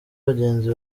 bagenzi